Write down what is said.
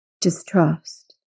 distrust